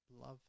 love